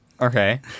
Okay